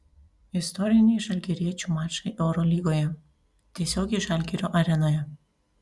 istoriniai žalgiriečių mačai eurolygoje tiesiogiai žalgirio arenoje